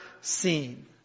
seen